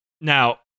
Now